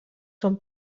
són